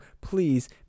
please